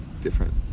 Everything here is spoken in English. Different